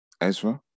Ezra